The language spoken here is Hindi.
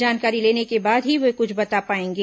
जानकारी लेने के बाद ही वो कुछ बता पायेंगे